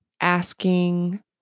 asking